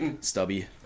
stubby